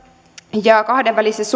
ja kahdenvälisissä